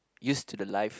used to the life